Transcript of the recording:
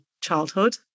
childhood